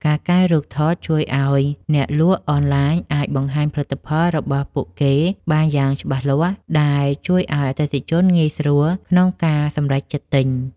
ការកែរូបថតជួយឱ្យអ្នកលក់អនឡាញអាចបង្ហាញផលិតផលរបស់ពួកគេបានយ៉ាងច្បាស់លាស់ ដែលជួយឱ្យអតិថិជនងាយស្រួលក្នុងការសម្រេចចិត្តទិញ។